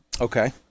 okay